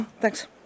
Thanks